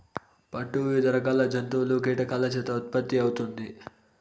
పట్టు వివిధ రకాల జంతువులు, కీటకాల చేత ఉత్పత్తి అవుతుంది